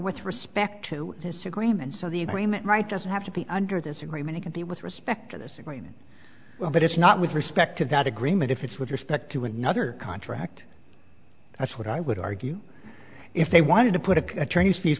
with respect to this agreement so the agreement right doesn't have to be under disagreement it can be with respect to this agreement well but it's not with respect to that agreement if it's with respect to another contract that's what i would argue if they wanted to put it attorneys